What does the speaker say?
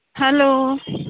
hello